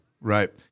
right